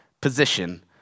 position